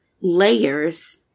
layers